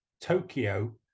tokyo